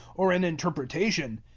or an interpretation.